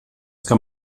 kann